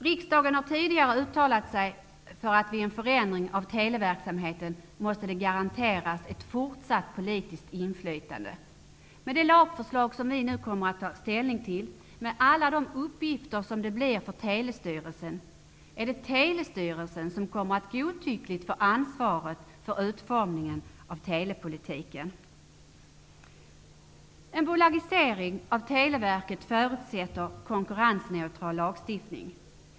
Riksdagen har tidigare uttalat sig för att ett fortsatt politiskt inflytande måste garanteras vid en förändring av televerksamheten. Men det lagförslag som vi nu skall ta ställning till, med alla uppgifter som Telestyrelsen får, blir det Telestyrelsen som godtyckligt kommer att få ansvaret för utformningen av telepolitiken. En bolagisering av Televerket förutsätter en konkurrensneutral lagstiftning.